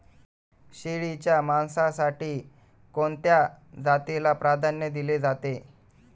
शेळीच्या मांसासाठी कोणत्या जातीला प्राधान्य दिले जाते?